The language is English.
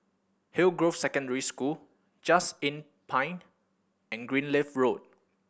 Hillgrove Secondary School Just Inn Pine and Greenleaf Road